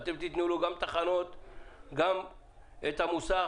גם את המוסך,